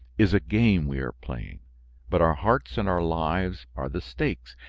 is a game we are playing but our hearts and our lives are the stakes,